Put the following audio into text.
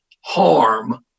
harm